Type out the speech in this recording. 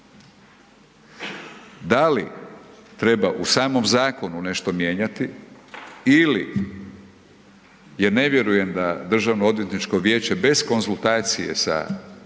Da li treba u samom zakonu nešto mijenjati ili ja ne vjerujem da Državno-odvjetničko vijeće bez konzultacije sa državnim